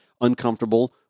uncomfortable